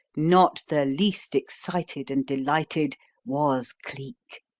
not the least excited and delighted was cleek.